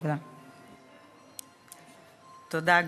תודה, גברתי.